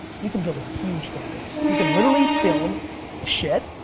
you can build a huge fan base. you can literally film shit,